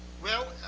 well,